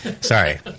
Sorry